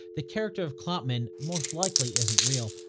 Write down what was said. the character of kloppman most likely isn't real.